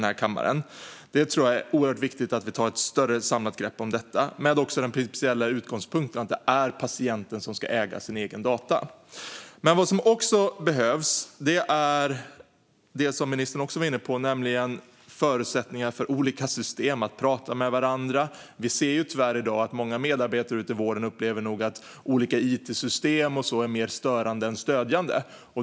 Jag tror att det är oerhört viktigt att vi tar ett större samlat grepp om detta, också med den principiella utgångspunkten att det är patienten som ska äga sina egna data. Vad som också behövs är det som även ministern var inne på, nämligen förutsättningar för olika system att prata med varandra. Tyvärr upplever många medarbetare i vården i dag att olika it-system är mer störande än stödjande.